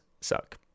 suck